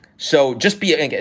so just be and it.